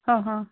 ਹਾਂ ਹਾਂ